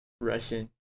Russian